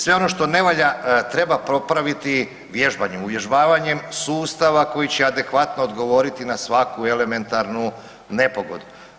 Sve ono što ne valja, treba popraviti vježbanjem uvježbavanjem sustava koji će adekvatno odgovoriti na svaku elementarnu nepogodu.